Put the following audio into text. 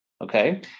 Okay